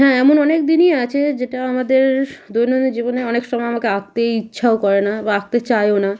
হ্যাঁ এমন অনেক দিনই আছে যেটা আমাদের দৈনন্দিন জীবনে অনেক সময় আমাকে আঁকতেই ইচ্ছাও করে না বা আঁকতে চাইও না